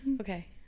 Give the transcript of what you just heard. Okay